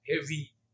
heavy